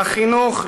לחינוך,